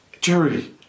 Jerry